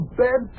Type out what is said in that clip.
bed